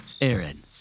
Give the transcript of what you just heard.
Aaron